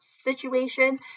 situation